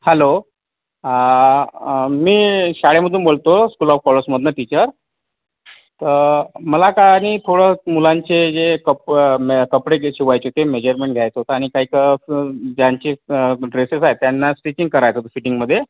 hello मी शाळेमधून बोलतो स्कूल ऑफ कॉलर्समधनं टीचर तर मला काही थोडं मुलांचे जे कप्प मे कपडे जे शिवायचे ते मेजरमेंट घ्यायचं होतं आणि काही कं ज्यांचे ड्रेसेस आहेत त्यांना स्टिचिंग करायचं होतं फिटिंगमध्ये